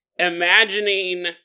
imagining